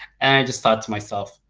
and i just thought to myself,